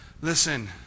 Listen